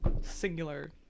singular